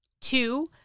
Two